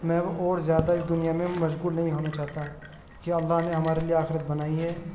میں اب اور زیادہ اس دنیا میں مشغول نہیں ہونا چاہتا کہ اللہ نے ہمارے لیے آخرت بنائی ہے